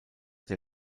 der